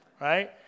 Right